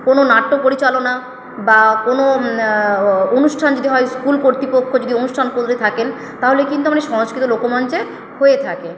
কোনো নাট্য পরিচালনা বা কোনো অনুষ্ঠান যদি হয় স্কুল কর্তৃপক্ষ যদি অনুষ্ঠান করে থাকেন তাহলে কিন্তু মানে সংস্কৃত লোকমঞ্চে হয়ে থাকে